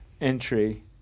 entry